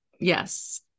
yes